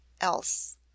else